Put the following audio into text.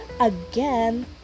AGAIN